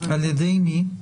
אבל --- על ידי מי?